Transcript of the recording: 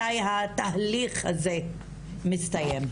מתי התהליך הזה מסתיים.